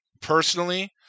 personally